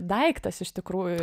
daiktas iš tikrųjų ir